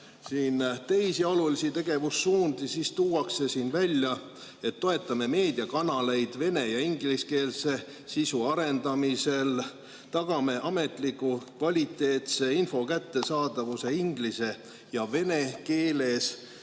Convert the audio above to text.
teisi olulisi tegevussuundi. Tuuakse välja, et toetame meediakanaleid vene‑ ja ingliskeelse sisu arendamisel, tagame ametliku kvaliteetse info kättesaadavuse inglise ja vene keeles